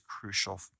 crucial